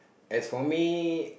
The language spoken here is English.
as for me